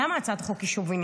למה הצעת החוק היא שוביניסטית?